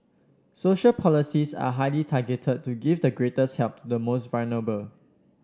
social policies are highly targeted to give the greatest help the most vulnerable